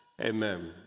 amen